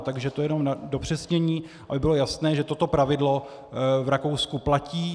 Takže to jenom na upřesnění, aby bylo jasné, že toto pravidlo v Rakousku platí.